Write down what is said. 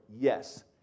Yes